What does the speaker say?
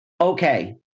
okay